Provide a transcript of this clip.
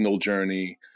journey